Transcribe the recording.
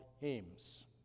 hymns